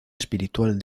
espiritual